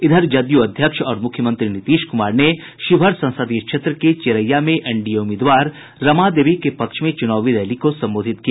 इधर जदयू अध्यक्ष और मुख्यमंत्री नीतीश कुमार ने शिवहर संसदीय क्षेत्र के चिरैया में एनडीए उम्मीदवार रमा देवी के पक्ष में चूनावी रैली को संबोधित किया